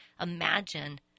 imagine